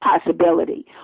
possibility